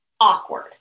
awkward